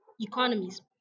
economies